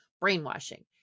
brainwashing